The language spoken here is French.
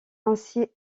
ainsi